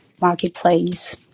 Marketplace